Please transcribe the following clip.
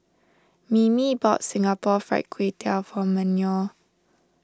Mimi bought Singapore Fried Kway Tiao for Manuel